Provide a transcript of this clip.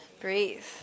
Breathe